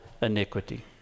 iniquity